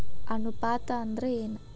ಅನುಪಾತ ಅಂದ್ರ ಏನ್?